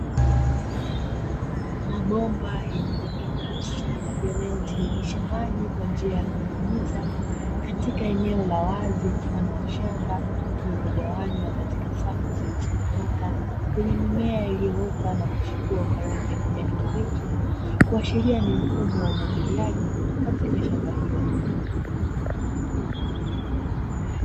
Mabomba yenye rangi nyeusi yanayotiririsha maji kwa njia ya kunyunyiza katika eneo la wazi mfano wa shamba, lililogawanywa katika safu zilizonyooka, yenye mimea iliyoota na kuchipua kwa rangi ya kijani kibichi kuashiria ni mfumo wa umwagiliaji katika shamba hilo.